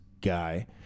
guy